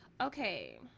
Okay